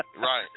right